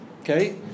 okay